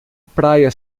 praia